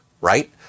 right